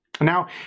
Now